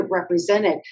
represented